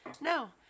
No